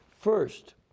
First